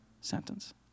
sentence